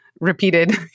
repeated